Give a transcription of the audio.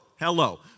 hello